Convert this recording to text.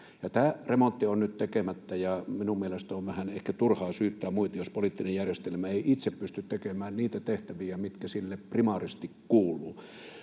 Tämä remontti on nyt tekemättä, ja minun mielestäni on vähän ehkä turha syyttää muita, jos poliittinen järjestelmä ei itse pysty tekemään niitä tehtäviä, mitkä sille primaaristi kuuluvat.